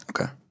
Okay